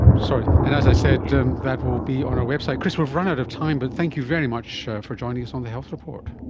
so and as i said, that will be on our website. chris, we've run out of time, but thank you very much for joining us on the health report.